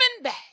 back